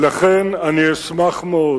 לכן אני אשמח מאוד